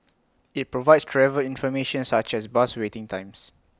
IT provides travel information such as bus waiting times